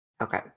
Okay